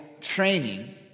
training